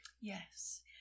Yes